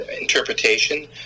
interpretation